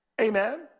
Amen